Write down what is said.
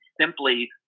simply